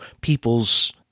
people's